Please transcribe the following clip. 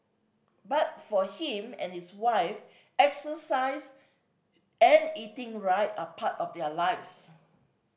but for him and his wife exercise and eating right are part of their lives